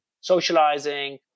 socializing